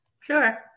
Sure